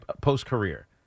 Post-career